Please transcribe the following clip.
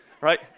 right